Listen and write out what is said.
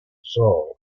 sul